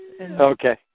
Okay